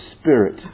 Spirit